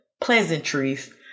pleasantries